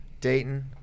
Dayton